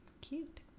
cute